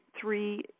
three